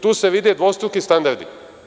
Tu se vide dvostruki standardi.